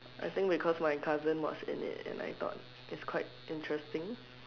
I think because my cousin was in it and I thought was quite interesting